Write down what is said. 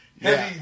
heavy